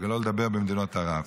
ושלא לדבר במדינות ערב.